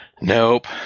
Nope